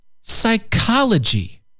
psychology